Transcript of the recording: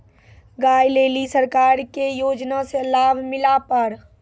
गाय ले ली सरकार के योजना से लाभ मिला पर?